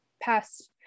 past